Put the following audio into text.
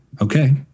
Okay